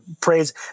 praise